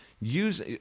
Use